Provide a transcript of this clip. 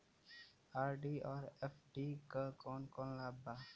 RD और FD क कौन कौन लाभ बा?